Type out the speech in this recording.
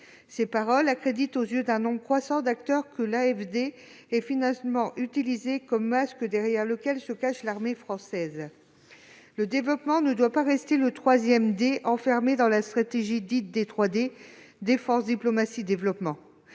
Ces propos accréditent, aux yeux d'un nombre croissant d'acteurs, que l'AFD est finalement utilisée comme un masque derrière lequel se cache l'armée française. Le développement ne doit pas rester le troisième « D » enfermé dans la stratégie dite des 3D : défense, diplomatie, développement.